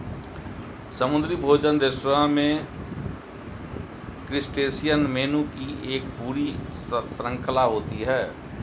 समुद्री भोजन रेस्तरां में क्रस्टेशियन मेनू की एक पूरी श्रृंखला होती है